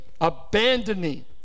abandoning